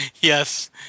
Yes